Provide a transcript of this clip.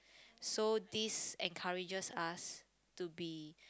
so this encourages us to be